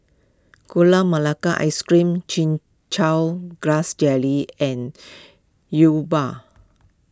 Gula Melaka Ice Cream Chin Chow Grass Jelly and Yi Bua